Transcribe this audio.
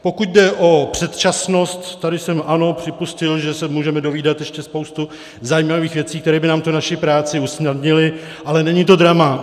Pokud jde o předčasnost, tady jsem, ano, připustil, že se můžeme dovídat ještě spoustu zajímavých věcí, které by nám tu naši práci usnadnily, ale není to drama.